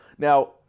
Now